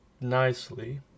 nicely